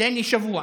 תן לי שבוע.